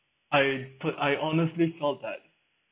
I put I honestly thought that